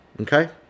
okay